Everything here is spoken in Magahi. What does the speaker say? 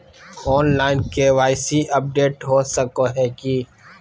ऑनलाइन के.वाई.सी अपडेट हो सको है की?